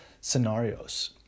scenarios